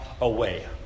away